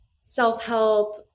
self-help